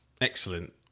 Excellent